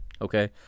Okay